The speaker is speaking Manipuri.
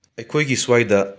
ꯑꯩꯈꯣꯏꯒꯤ ꯁ꯭ꯋꯥꯏꯗ